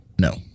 No